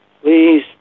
please